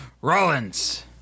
Rollins